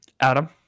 adam